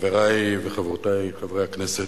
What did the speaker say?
חברי וחברותי חברי הכנסת,